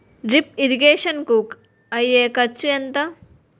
Drip irrigation కూ అయ్యే ఖర్చు ఎంత?